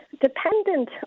dependent